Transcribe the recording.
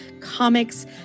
comics